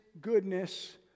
goodness